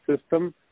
system